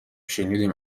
شنیدیم